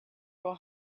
how